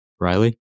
riley